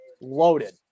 Loaded